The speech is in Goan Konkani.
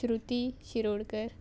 श्रुती शिरोडकर